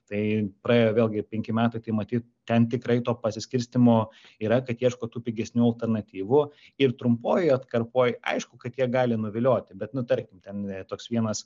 tai praėjo vėlgi penki metai tai matyt ten tikrai to pasiskirstymo yra kad ieško tų pigesnių alternatyvų ir trumpoje atkarpoe aišku kad jie gali nuvilioti bet nu tarkim ten toks vienas